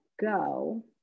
go